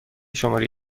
شماره